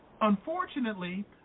Unfortunately